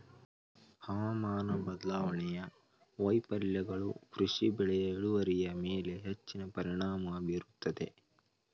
ಹವಾಮಾನ ಬದಲಾವಣೆಯ ವೈಫಲ್ಯಗಳು ಕೃಷಿ ಬೆಳೆಯ ಇಳುವರಿಯ ಮೇಲೆ ಹೆಚ್ಚಿನ ಪರಿಣಾಮ ಬೀರುತ್ತದೆ